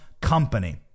company